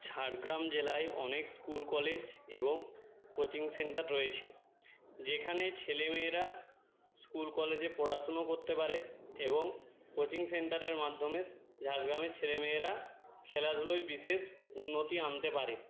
ঝাড়গ্রাম জেলায় অনেক school college এবং কোচিং সেন্টার রয়েছে যেখানে ছেলেমেয়েরা স্কুল কলেজে পড়াশুনো করতে পারে এবং কোচিং সেন্টারের মাধ্যমে ঝাড়গ্রামের ছেলেমেয়েরা খেলাধুলোয় বিশেষ উন্নতি আনতে পারে